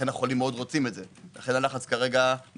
לכן החולים רוצים את זה ויש לחץ ליותר